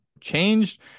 changed